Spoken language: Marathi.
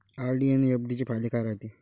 आर.डी अन एफ.डी चे फायदे काय रायते?